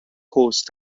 course